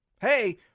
Hey